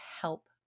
help